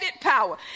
power